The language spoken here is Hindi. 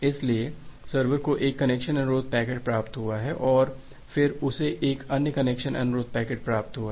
इसलिए सर्वर को एक कनेक्शन अनुरोध पैकेट प्राप्त हुआ है और फिर उसे एक अन्य कनेक्शन अनुरोध पैकेट प्राप्त हुआ है